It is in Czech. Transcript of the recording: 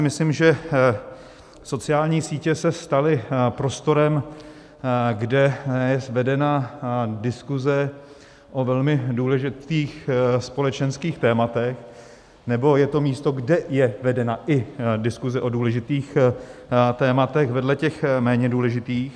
Myslím si, že sociální sítě se staly prostorem, kde je vedena diskuse o velmi důležitých společenských tématech, nebo je to místo, kde je vedena i diskuse o důležitých tématech vedle těch méně důležitých.